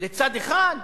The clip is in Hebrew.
לצד אחד?